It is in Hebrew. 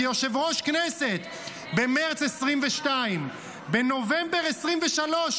כיושב-ראש הכנסת במרץ 2022. בנובמבר 2023,